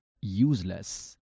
useless